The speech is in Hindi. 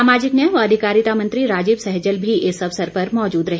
सामाजिक न्याय व अधिकारिता मंत्री राजीव सहजल भी इस अवसर पर मौजूद रहे